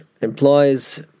implies